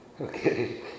Okay